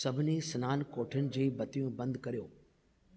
सभिनी स्नानकोठियुनि जी बतियूं बंदि करियो